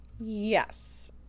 Yes